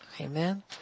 amen